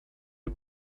are